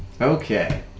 Okay